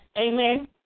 Amen